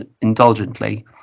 indulgently